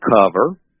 cover